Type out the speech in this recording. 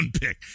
pick